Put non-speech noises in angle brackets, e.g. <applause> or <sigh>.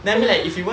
<breath>